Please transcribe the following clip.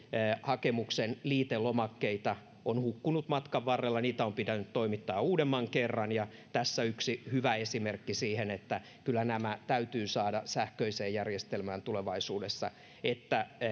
hakemuksen liitelomakkeita on hukkunut matkan varrella ja niitä on pitänyt toimittaa uudemman kerran tässä yksi hyvä esimerkki siihen että kyllä nämä täytyy saada sähköiseen järjestelmään tulevaisuudessa että